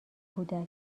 کودک